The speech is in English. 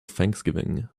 thanksgiving